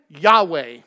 Yahweh